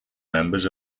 members